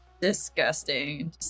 disgusting